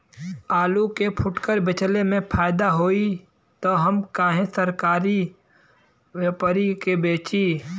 आलू के फूटकर बेंचले मे फैदा होई त हम काहे सरकारी व्यपरी के बेंचि?